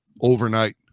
overnight